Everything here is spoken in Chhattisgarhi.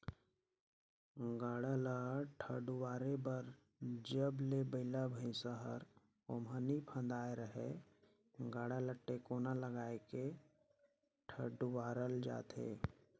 गाड़ा ल ठडुवारे बर जब ले बइला भइसा हर ओमहा नी फदाय रहेए गाड़ा ल टेकोना लगाय के ठडुवारल जाथे